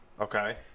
Okay